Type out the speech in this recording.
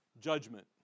judgment